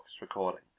recording